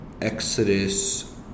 Exodus